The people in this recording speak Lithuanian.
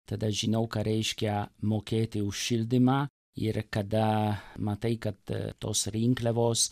tada žinau ką reiškia mokėti už šildymą ir kada matai kad tos rinkliavos